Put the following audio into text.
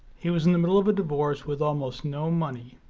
he was in the middle of a divorce with almost no money.